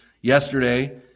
yesterday